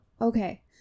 okay